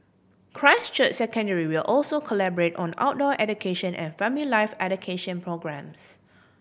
Christ Church Secondary will also collaborate on outdoor education and family life education programmes